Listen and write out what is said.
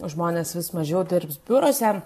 žmonės vis mažiau dirbs biuruose